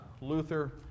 Luther